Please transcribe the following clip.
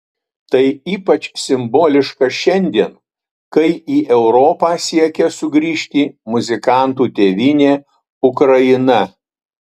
tai ypač simboliška šiandien kai į europą siekia sugrįžti muzikantų tėvynė ukraina